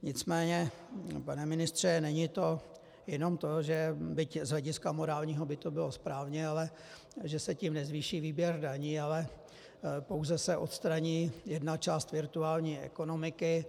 Nicméně, pane ministře, není to jenom to, že byť z hlediska morálního by to bylo správně, ale že se tím nezvýší výběr daní, ale pouze se odstraní jedna část virtuální ekonomiky.